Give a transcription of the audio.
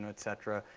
and et cetera?